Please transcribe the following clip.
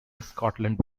scotland